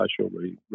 socially